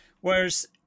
Whereas